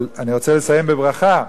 אבל אני רוצה לסיים בברכה,